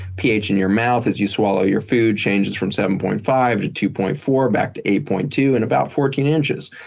ph in your mouth as you swallow your food, changes from seven point five to two point four, back to eight point two in about fourteen inches.